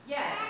Yes